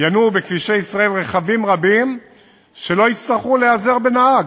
ינועו בכבישי ישראל רכבים רבים שלא יצטרכו להיעזר בנהג,